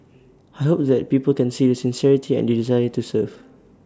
I hope that people can see the sincerity and the desire to serve